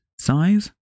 size